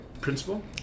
principal